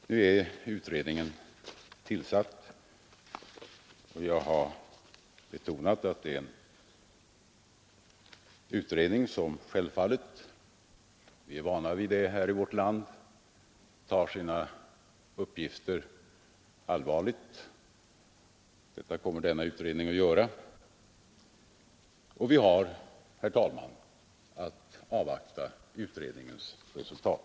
Nu är utredningen tillsatt. Jag har betonat att det är en utredning som självfallet — vi är vana vid det här i vårt land — tar sina uppgifter allvarligt. Det kommer alltså denna utredning att göra och vi har, herr talman, att avvakta utredningens resultat.